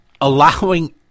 allowing